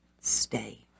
stay